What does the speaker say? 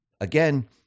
again